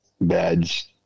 beds